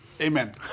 Amen